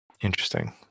interesting